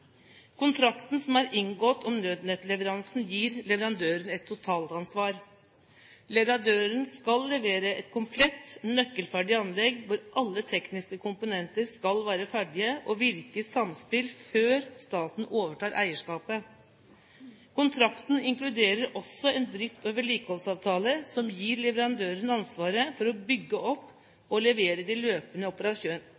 Kontrakten som er inngått om Nødnett-leveranse gir leverandøren et totalansvar. Leverandøren skal levere et komplett, nøkkelferdig anlegg hvor alle tekniske komponenter skal være ferdige og virke i samspill før staten overtar eierskapet. Kontrakten inkluderer også en drifts- og vedlikeholdsavtale som gir leverandøren ansvaret for å bygge